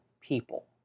people